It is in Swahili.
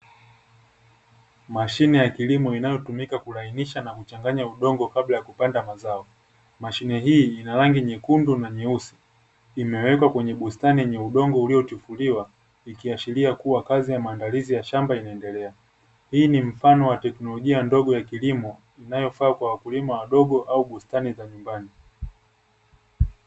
Mashine ya kilimo inayotumika kurainisha na kuchanganya udongo kabla ya kupanda mazao. mashine hii inarangi nyekundu na nyeusi imewekwa kwenye bustani yenye udongo uliotufuliwa ikiashiria kuwa kazi yamaandalizi ya shamba inaendelea hii ni mfano wa teknolojia ya kilimo inayowafaa wakulima wadogo au bustani za nyumbani.